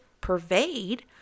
pervade